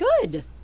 Good